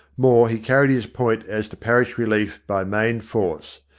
more, he carried his point as to parish relief by main force.